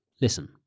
Listen